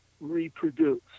reproduce